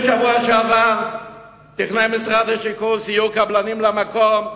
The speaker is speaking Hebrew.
בשבוע שעבר תכנן משרד השיכון סיור קבלנים למקום,